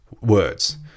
words